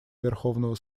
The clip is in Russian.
верховного